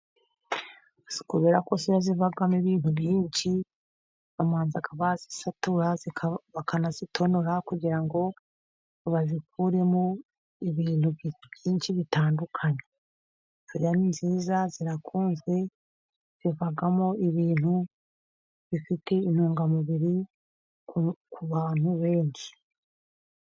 Kubera ko soya zivamo ibintu byinshi babanza bazisatura, bakanazitonora, kugira ngo bazikuremo ibintu byinshi bitandukanye. Soya ni nziza zirakunzwe, zivamo ibintu bifite intungamubiri ku bantu benshi.